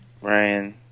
Ryan